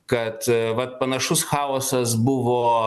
kad vat panašus chaosas buvo